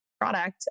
product